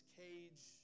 cage